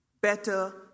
better